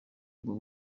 ubwo